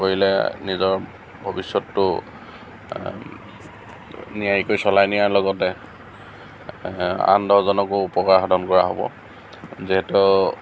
কৰিলে নিজৰ ভৱিষ্যতটো নিয়াৰিকৈ চলাই নিয়াৰ লগতে আন দহজনকো উপকাৰ সাধন কৰা হ'ব যিহেতু